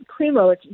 Cremo